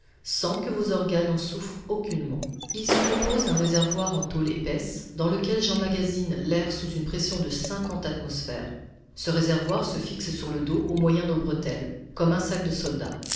sans que vos organes en souffrent aucunement il se compose d'un réservoir en tôle épaisse dans lequel j'emmagasine l'air sous une pression de cinquante atmosphères ce réservoir se fixe sur le dos au moyen de bretelles comme un sac de soldat